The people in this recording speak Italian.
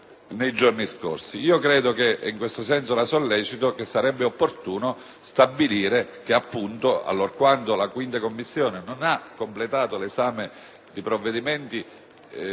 nei giorni scorsi. Ritengo - e in questo senso la sollecito - che sarebbe opportuno stabilire che, allorquando la 5a Commissione non ha completato l'esame dei provvedimenti